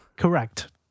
correct